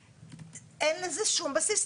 אין לזה שום בסיס.